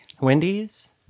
Wendy's